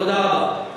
תודה רבה.